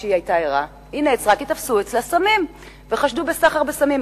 היא נעצרה כי תפסו אצלה סמים וחשדו בה בסחר בסמים.